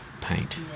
paint